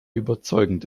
überzeugend